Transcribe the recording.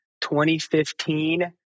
2015